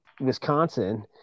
Wisconsin